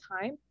time